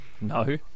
No